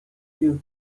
you